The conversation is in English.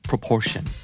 Proportion